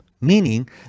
meaning